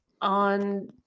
on